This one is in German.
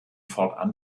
fortan